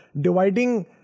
dividing